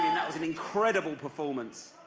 that was an incredible performance.